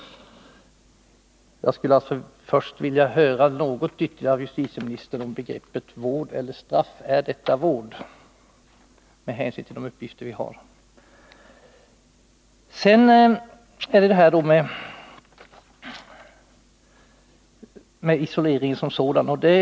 Jag skulle alltså vilja höra något ytterligare av justitieministern om begreppen vård och straff. Är det här fråga om vård med hänsyn till de uppgifter vi har? Sedan gäller det spörsmålet om isoleringen som sådan.